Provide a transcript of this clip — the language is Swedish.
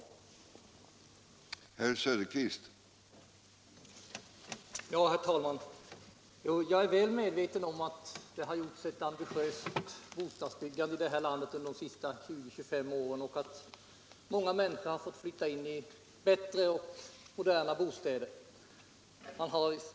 Om åtgärder för att förhindra att bostadsföretag utestänger vissa bostadssökande